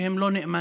שהם לא נאמנים,